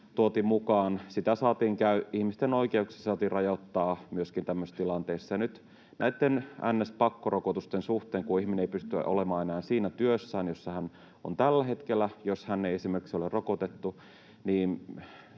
tuotiin mukaan, ihmisten oikeuksia saatiin rajoittaa myöskin tämmöisissä tilanteissa. Nyt näitten ns. pakkorokotusten suhteen, kun ihminen ei pysty olemaan enää siinä työssään, jossa hän on tällä hetkellä, jos hän ei esimerkiksi ole rokotettu,